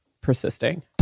persisting